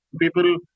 people